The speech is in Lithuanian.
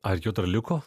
ar jo dar liko